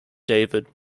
david